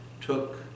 took